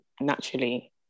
naturally